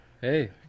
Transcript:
hey